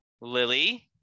Lily